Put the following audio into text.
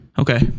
Okay